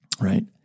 Right